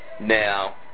Now